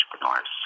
entrepreneurs